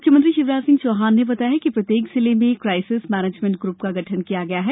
म्ख्यमंत्री शिवराज सिंह चौहान ने बताया है कि प्रत्येक जिले में क्राइसिस मैनेजमेंट ग्र्प का गठन किया गया है